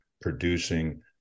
producing